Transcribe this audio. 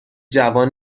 جوان